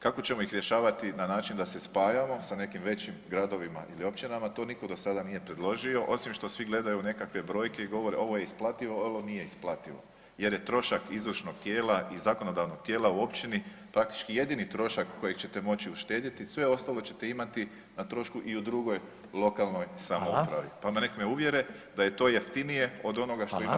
Kako ćemo ih rješavati na način da se spajamo sa nekim većim gradovima ili općinama to nitko do sada nije predložio osim što svi gledaju nekakve brojke i govore ovo je isplativo, ovo nije isplativo jer je trošak izvršnog i zakonodavnog tijela u općini praktički jedini trošak kojeg ćete moći uštedjeti, sve ostalo ćete imati na trošku i u drugoj lokalnoj samoupravi, pa nek me uvjere da je to jeftinije od onoga što imate sad.